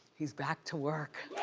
he's back to work.